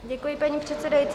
Děkuji, paní předsedající.